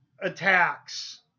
attacks